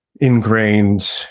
ingrained